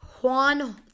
Juan